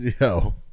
Yo